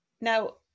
Now